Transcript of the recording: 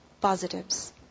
positives